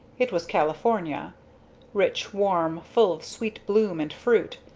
it was california rich, warm, full of sweet bloom and fruit,